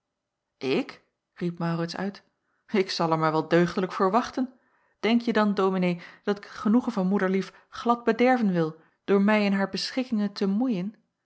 ik riep maurits uit ik zal er mij wel deugdelijk voor wachten denk je dan dominee dat ik het genoegen van moederlief glad bederven wil door mij in haar beschikkingen te moeien